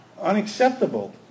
unacceptable